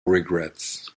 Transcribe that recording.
regrets